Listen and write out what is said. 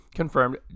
Confirmed